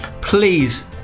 Please